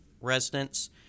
residents